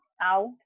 out